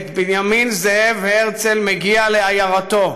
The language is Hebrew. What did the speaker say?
את בנימין זאב הרצל מגיע לעיירתו,